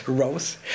Raus